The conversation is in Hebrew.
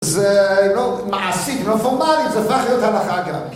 זה לא.. מעשית, לא פורמלית, זה הפך להיות הלכה גם.